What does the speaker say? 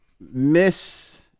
Miss